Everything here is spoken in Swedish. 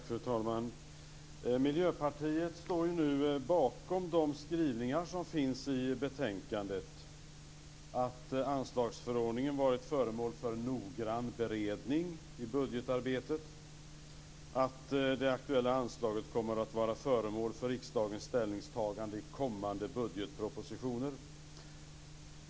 Fru talman! Miljöpartiet står nu bakom de skrivningar som finns i betänkandet om att anslagsförordningen varit föremål för noggrann beredning i budgetarbetet och att det aktuella anslaget kommer att vara föremål för riksdagens ställningstagande i kommande budgetpropositioner.